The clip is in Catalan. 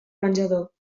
menjador